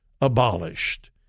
abolished